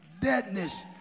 deadness